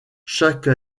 chaque